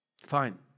Fine